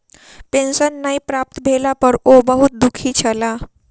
pension नै प्राप्त भेला पर ओ बहुत दुःखी छला